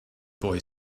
boy